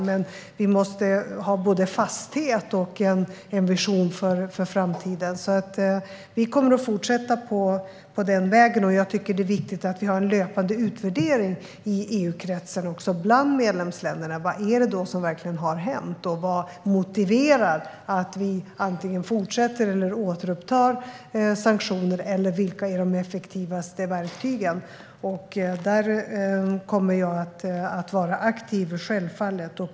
Men vi måste ha både fasthet och en vision för framtiden, och vi kommer att fortsätta på den vägen. Jag tycker att det är viktigt att vi gör en löpande utvärdering i EU-kretsen, bland medlemsländerna, av vad som verkligen har hänt, vad som motiverar att vi antingen fortsätter med eller återupptar sanktioner eller vilka verktyg som är de effektivaste. Där kommer jag självfallet att vara aktiv.